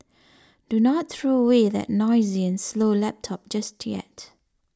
do not throw away that noisy and slow laptop just yet